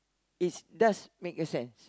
is does make a sense